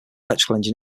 electrical